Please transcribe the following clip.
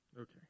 Okay